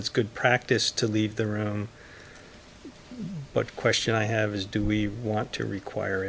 it's good practice to leave the room but question i have is do we want to require